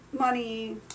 money